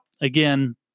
again